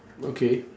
okay